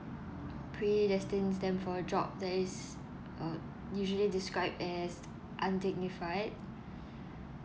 pre destines them for a job that is uh usually described as undignified